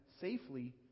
safely